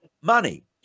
money